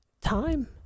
time